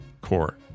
core